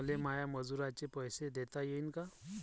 मले माया मजुराचे पैसे देता येईन का?